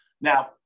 Now